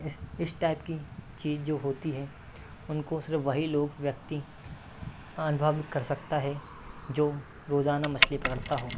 इस इस टाइप की चीज़ जो होती है उनको सिर्फ वही लोग व्यक्ति आनुभव कर सकता है जो रोज़ाना मछली पकड़ता हो